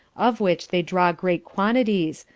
of which they draw great quantities,